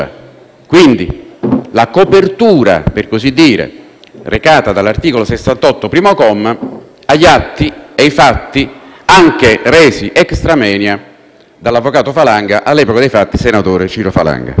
quindi, la copertura - per così dire - recata dall'articolo 68, primo comma, degli atti e dei fatti anche resi *extra moenia* dall'avvocato Falanga, all'epoca dei fatti senatore Ciro Falanga.